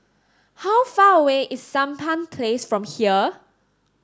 how far away is Sampan Place from here